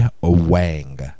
Wang